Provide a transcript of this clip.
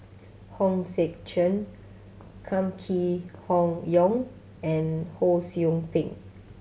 Hong Sek Chern Kam Kee Hong Yong and Ho Sou Ping